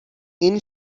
این